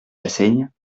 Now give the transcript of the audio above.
chassaigne